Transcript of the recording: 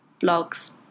Blogs